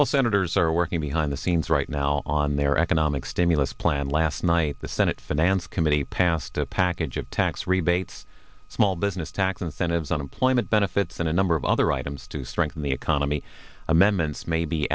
well senators are working behind the scenes right now on their economic stimulus plan last night the senate finance committee passed a package of tax rebates small business tax incentives unemployment benefits and a number of other items to strengthen the economy amendments may be